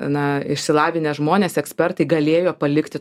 na išsilavinę žmonės ekspertai galėjo palikti